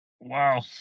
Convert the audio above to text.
Wow